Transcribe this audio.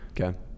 okay